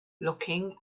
looking